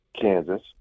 Kansas